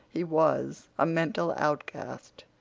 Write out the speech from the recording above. he was a mental outcast.